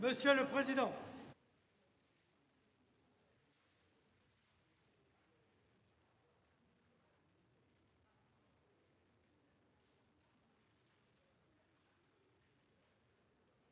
Monsieur le président,